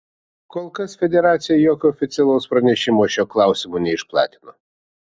kol kas federacija jokio oficialaus pranešimo šiuo klausimu neišplatino